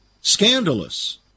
Scandalous